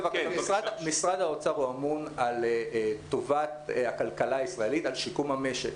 משרד האוצר אמון על טובת הכלכלה הישראלית ועל שיקום המשק.